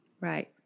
Right